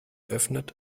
öffnet